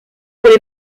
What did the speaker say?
pour